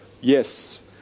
Yes